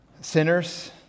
sinners